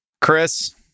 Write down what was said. Chris